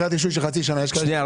אגרת רישוי של חצי שנה --- שנייה,